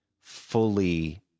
fully